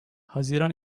haziran